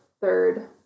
third